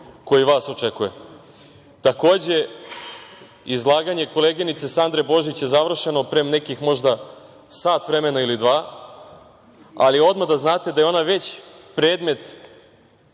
koji vas očekuje? Takođe, izlaganje koleginice Sandre Božić je završeno pre nekih možda sat ili dva, ali odmah da znate da je ona već predmet